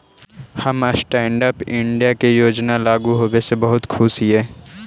हम stand up India के योजना लागू होबे से बहुत खुश हिअई